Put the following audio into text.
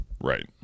Right